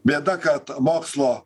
bėda kad mokslo